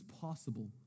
possible